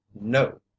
No